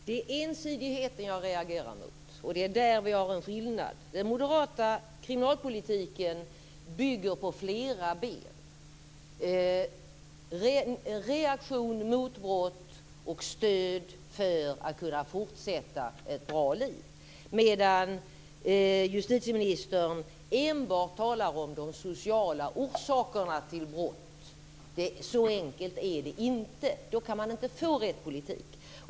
Herr talman! Det är ensidigheten jag reagerar emot, och det är där vi har en skillnad. Den moderata kriminalpolitiken står på flera ben; reaktion mot brott och stöd för att kunna fortsätta ett bra liv. Justitieministern talar enbart om de sociala orsakerna till brott. Så enkelt är det inte. Då kan man inte få rätt politik.